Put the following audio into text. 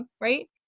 Right